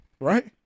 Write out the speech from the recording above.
Right